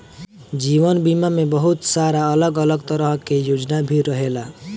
जीवन बीमा में बहुत सारा अलग अलग तरह के योजना भी रहेला